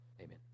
Amen